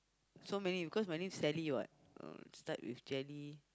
so many because my name Sally what oh start with Jelly